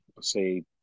say